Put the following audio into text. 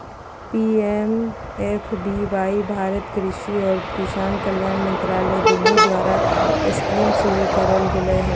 PMFBY Bharat कृषि और किसान कल्याण मंत्रालय दिल्ली द्वारास्कीमशुरू करल गेलय हल